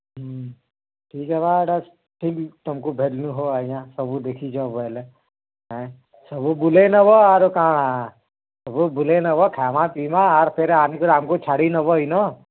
ହୁଁ ଠିକ୍ ହେବା ଇ'ଟା ତମ୍କୁ ଆଜ୍ଞା ସବୁ ଦେଖିଛ ବେଲେ ହାଁ ସବୁ ବୁଲେଇ ନେବ ଆରୁ କା'ଣା ସବୁ ବୁଲେଇ ନେବ ଖାଏମାପିଇମାଁ ଆର୍ ଫିର୍ ଆନିକରି ଆମ୍କୁ ଛାଡ଼ିନେବ ଇନ